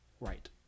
Right